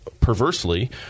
perversely